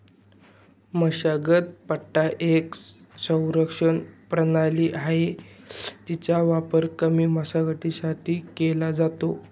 मशागत पट्टा एक संरक्षण प्रणाली आहे, तिचा वापर कमी मशागतीसाठी केला जातो